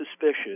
suspicious